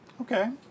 Okay